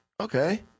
Okay